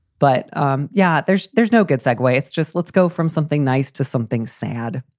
but um yeah, there's there's no good segue way. it's just let's go from something nice to something sad.